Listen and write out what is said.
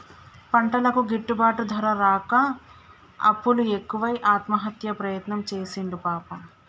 పంటలకు గిట్టుబాటు ధర రాక అప్పులు ఎక్కువై ఆత్మహత్య ప్రయత్నం చేసిండు పాపం